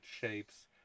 shapes